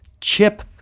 Chip